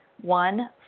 one